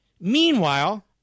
Meanwhile